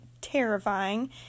terrifying